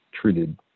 treated